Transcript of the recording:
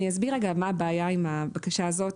אני אסביר רגע מה הבעיה עם הבקשה הזאת,